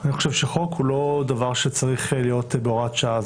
אני חושב שחוק הוא לא דבר שצריך להיות בהוראת שעה.